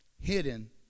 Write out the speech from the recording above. hidden